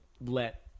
let